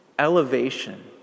Elevation